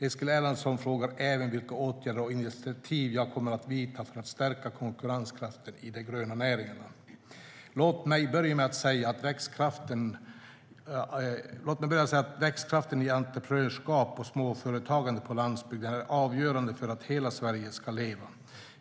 Eskil Erlandsson frågar även vilka åtgärder och initiativ jag kommer att vidta för att stärka konkurrenskraften i de gröna näringarna. Låt mig börja med att säga att växtkraften i entreprenörskap och småföretagande på landsbygden är avgörande för att hela Sverige ska leva.